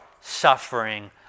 suffering